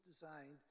designed